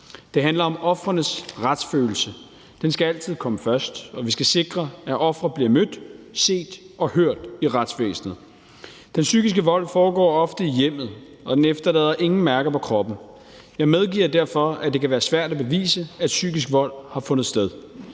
Det handler om ofrenes retsfølelse. Den skal altid komme først, og vi skal sikre, at ofre bliver mødt, set og hørt i retsvæsenet. Den psykiske vold foregår ofte i hjemmet, og den efterlader ingen mærker på kroppen. Jeg medgiver derfor, at det kan være svært at bevise, at psykisk vold har fundet sted,